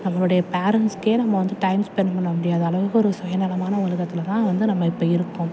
நம்மளுடைய பேரன்ட்ஸ்கே நம்ம வந்து டைம் ஸ்பென்ட் பண்ண முடியாத அளவுக்கு ஒரு சுயநலமான உலகத்தில் தான் வந்து நம்ம இப்போ இருக்கோம்